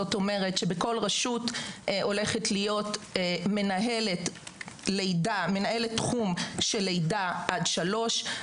זאת אומרת שבכל רשות הולכת להיות מנהלת תחום של לידה עד שלוש.